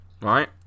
right